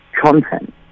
content